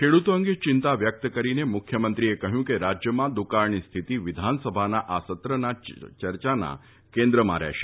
ખેડૂતો અંગે ચિંતા વ્યક્ત કરીને મુખ્યમંત્રીએ કહ્યું કે રાજ્યમાં દુકાળની તેસ્થતિ વિધાનસભાના આ સત્રમાં ચર્ચાના કેન્દ્રમાં રહેશે